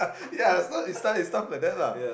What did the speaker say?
ya so it start it sounds like that lah